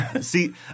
see